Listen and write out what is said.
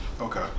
Okay